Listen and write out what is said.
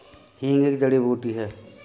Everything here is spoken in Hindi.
हींग एक जड़ी बूटी है